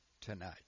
tonight